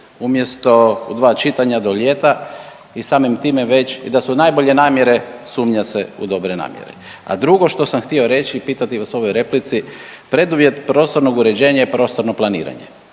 umjesto dva čitanja do ljeta i samim time već i da su najbolje namjere sumnja se u dobre namjere. A drugo što sam htio reći i pitati vas u ovoj replici, preduvjet prostornog uređenja je prostorno planiranje.